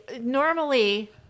Normally